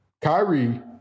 Kyrie